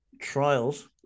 trials